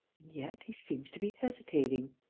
and yet. he seems to be hesitating.